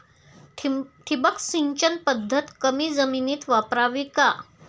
ठिबक सिंचन पद्धत कमी जमिनीत वापरावी का?